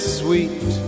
sweet